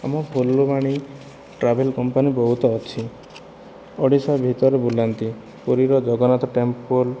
ଆମ Phulbani travel company ବହୁତ ଅଛି ଓଡ଼ିଶା ଭିତରେ ବୁଲାନ୍ତି ପୁରୀର ଜଗନ୍ନାଥ ଟେମ୍ପଲ୍